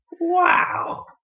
wow